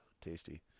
Tasty